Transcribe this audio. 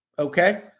Okay